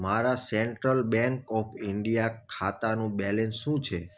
મારા central bank of India ખાતાનું balance શું છે